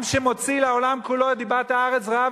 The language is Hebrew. עם שמוציא לעולם כולו את דיבת הארץ רעה,